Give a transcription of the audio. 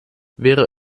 wäre